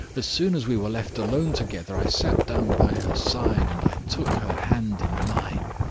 as soon as we were left alone together, i sat down by her side, and i took her hand in mine.